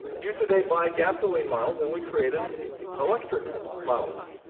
you, today, buy gasoline miles. and we created electric miles.